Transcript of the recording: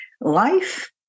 life